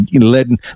letting